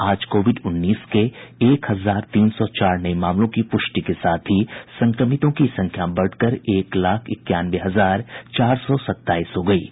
आज कोविड उन्नीस के एक हजार तीन सौ चार नये मामलों की पुष्टि के साथ ही संक्रमितों की संख्या बढ़कर एक लाख इक्यानवे हजार चार सौ सताईस हो गयी है